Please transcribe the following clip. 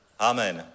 Amen